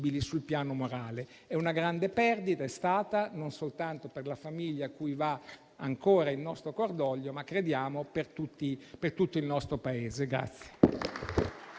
Grazie